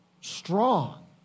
Strong